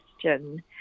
question